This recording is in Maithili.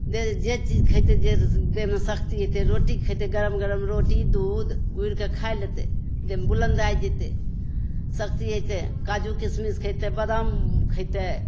देह जे चीज खइतय देह देहमे शक्ति अइतय रोटी खइतय गरम गरम रोटी दूध गूड़िके खाय लेतय देहमे बुलन्द आ जेतय शक्ति अइतय काजू किशमिश खइतय बादाम खइतय